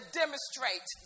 demonstrate